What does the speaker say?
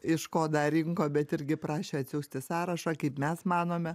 iš ko dar rinko bet irgi prašė atsiųsti sąrašą kaip mes manome